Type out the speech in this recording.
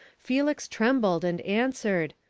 felix trembled, and answered,